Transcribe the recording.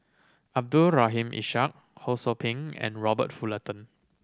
Abdul Rahim Ishak Ho Sou Ping and Robert Fullerton